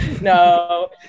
No